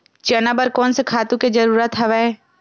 चना बर कोन से खातु के जरूरत हवय?